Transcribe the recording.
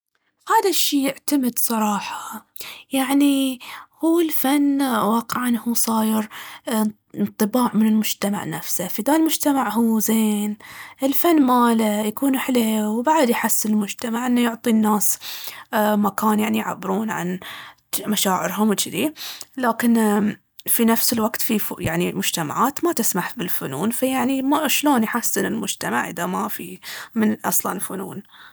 هذا الشي يعتمد صراحة. يعني هو الفن واقعاً هو صاير انطباع من المجتمع نفسه. فإذا المجتمع هو زين، الفن ماله يكون حليو، وبعد يحسن المجتمع لأن يعطي الناس أمم مكان يعني يعبرون عن مشاعرهم وجذي. لكنه في نفس الوقت في يعني مجتمعات ما تسمح بالفنون فيعني ما- شلون يحسن المجتمع اذا ما في من- أصلاً فنون.